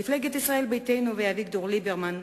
מפלגת ישראל ביתנו ואביגדור ליברמן,